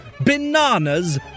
Bananas